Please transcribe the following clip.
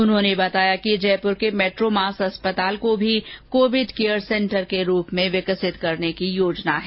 उन्होंने बताया कि जयपुर के मेट्रोमास अस्पताल को भी कोविड केयर सेंटर के रूप में विकसित करने की योजना है